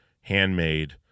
handmade